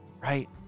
right